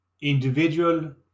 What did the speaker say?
Individual